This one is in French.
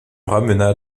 ramena